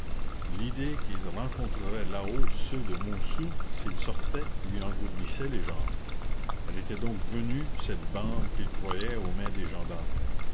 l'idée qu'il rencontrerait là-haut ceux de montsou s'il sortait lui engourdissait les jambes elle était donc venue cette bande qu'il croyait aux mains des gendarmes